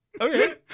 Okay